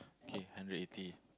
okay hundred eighty